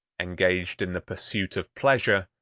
engaged in the pursuit of pleasure,